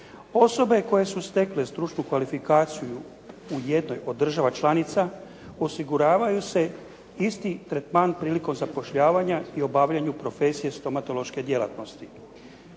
Osobe koje su stekle stručnu kvalifikaciju u jednoj od država članica osiguravaju se isti tretman prilikom zapošljavanja i obavljanju profesije stomatološke djelatnosti.